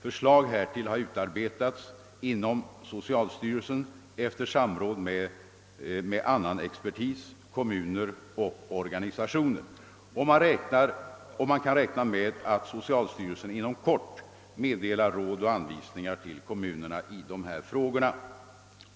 Förslag därom har utarbetats inom socialstyrelsen efter samråd med en del experter, kommuner och organisationer, och man kan räkna med att socialstyrelsen därför inom kort kommer att meddela råd och anvisningar i dessa frågor till kommunerna.